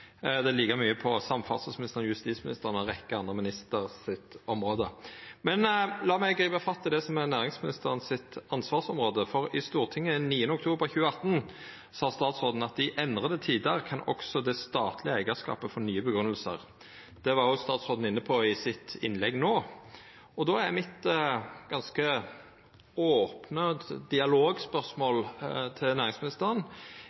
det er berre ein flik. Det er like mykje samferdselsministeren, justisministeren og ei rekkje andre ministrar sitt område. Men la meg gripa fatt i det som er næringsministeren sitt ansvarsområde. I Stortinget den 9. oktober 2018 sa statsråden at «i endrede tider kan også det statlige eierskapet få nye begrunnelser.» Det var statsråden inne på i sitt innlegg no. Då er mitt ganske